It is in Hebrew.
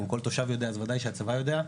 אם כל תושב יודע, אז בוודאי שהצבא יודע.